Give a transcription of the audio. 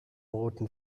roten